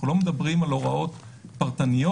אנחנו לא מדברים על הוראות פרטניות,